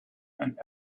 and